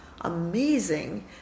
amazing